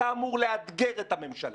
אתה אמור לאתגר את הממשלה.